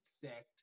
sect